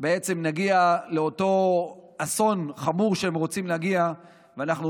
נגיע לאותו אסון חמור שהם רוצים להגיע אליו,